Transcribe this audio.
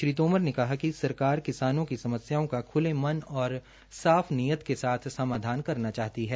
श्री तोमर ने कहा कि सरकार किसानों की समस्याओं का ख्ले मन और साफ नियत के साथ समाधान करना चाहती है